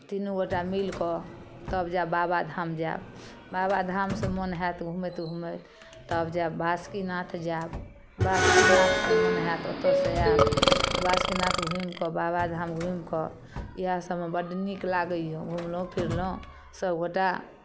तीनू गोटा मिलि कऽ तब जायब बाबा धाम जायब बाबाधामसँ मोन हैत घूमैत घूमैत तब जायब बासुकीनाथ जायब बासुकीनाथसँ मोन हैत ओतयसँ आयब बासुकीनाथ घूमि कऽ बाबा धाम घूमि कऽ इएह सभमे बड नीक लागैए घुमलहुँ फिरलहुँ सभ गोटा